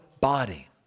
body